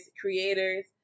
creators